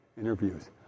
interviews